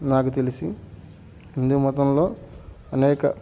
నాకు తెలిసి హిందూ మతంలో అనేక